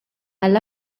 għal